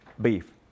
beef